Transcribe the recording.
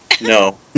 No